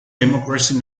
democracy